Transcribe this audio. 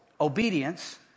obedience